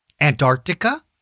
Antarctica